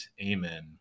Amen